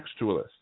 textualists